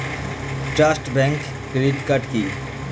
Trust bank credit card কি?